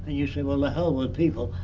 and you say well, the hell with people!